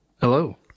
Hello